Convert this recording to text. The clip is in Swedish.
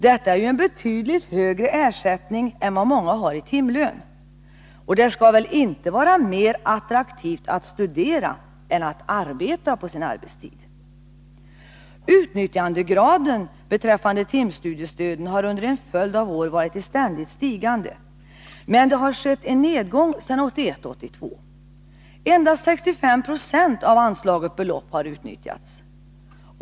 Det är ju en betydligt högre ersättning än vad många har i timlön. Det skall väl inte vara ekonomiskt mer attraktivt att studera än att arbeta? Utnyttjandegraden beträffande timstudiestöden har under en följd av år varit i ständigt stigande, men sedan 1981/82 har det skett en nedgång. Endast 65 70 av anslaget belopp har utnyttjats.